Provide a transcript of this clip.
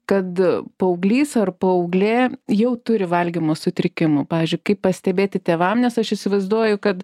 kad paauglys ar paauglė jau turi valgymo sutrikimų pavyzdžiui kaip pastebėti tėvam nes aš įsivaizduoju kad